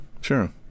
sure